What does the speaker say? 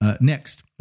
Next